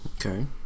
Okay